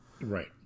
right